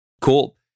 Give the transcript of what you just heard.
Cool